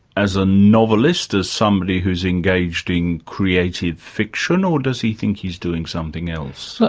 as a novelist, as somebody who's engaged in creative fiction, or does he think he's doing something else? look,